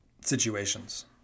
situations